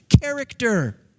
character